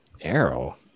Arrow